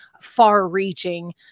far-reaching